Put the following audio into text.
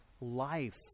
life